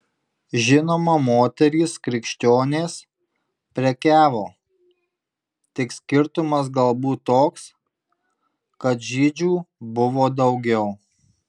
žinoma moterys krikščionės prekiavo tik skirtumas galbūt toks kad žydžių buvo daugiau